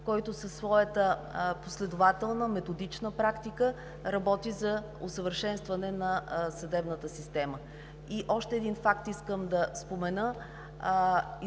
който със своята последователна, методична практика работи за усъвършенстване на съдебната система. И още един факт искам да спомена.